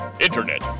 Internet